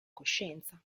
coscienza